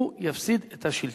הוא יפסיד את השלטון.